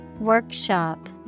Workshop